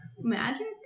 Magic